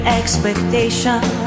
expectation